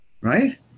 Right